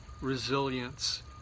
resilience